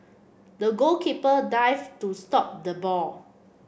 the goalkeeper dived to stop the ball